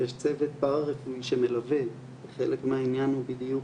יש צוות פרא רפואי שמלווה כי חלק מהעניין הוא בדיוק